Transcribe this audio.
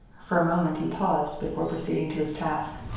for a moment he paused before proceeding to his task.